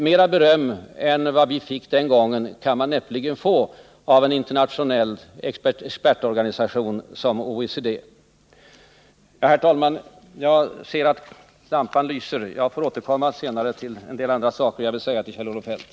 Mera beröm än vad vi fick den gången kan man näppeligen få av en internationell expertorganisation som OECD. Herr talman! Jag ser att lampan på talarstolen lyser — jag får återkomma senare till en del andra saker som jag vill säga till Kjell-Olof Feldt.